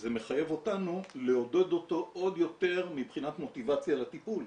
וזה מחייב אותנו לעודד אותו עוד יותר מבחינת מוטיבציה לטיפול.